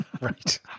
Right